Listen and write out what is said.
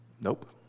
Nope